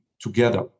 together